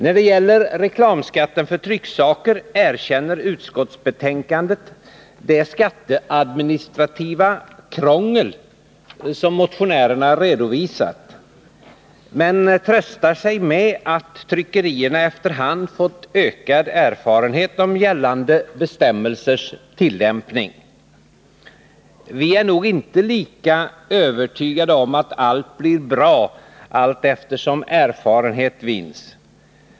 När det gäller reklamskatten för trycksaker erkänns i utskottsbetänkandet det skatteadministrativa krångel som motionärerna redovisat, men man tröstar sig med att tryckerierna efter hand fått ökad erfarenhet om gällande bestämmelsers tillämpning. Vi är inte lika övertygade om att allt blir bra allteftersom erfarenhet vinns.